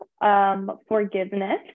Forgiveness